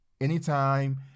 anytime